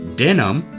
denim